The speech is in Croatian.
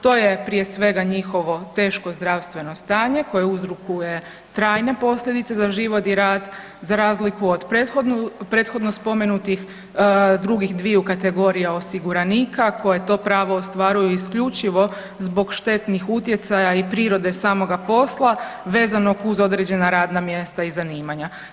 To je prije svega njihovo teško zdravstveno stanje koje uzrokuje trajne posljedice za život i rad za razliku od prethodno spomenutih drugih dviju kategorija osiguranika, koje to pravo ostvaruju isključivo zbog štetnih utjecaja i prirode samoga posla vezanog uz određena radna mjesta i zanimanja.